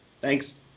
Thanks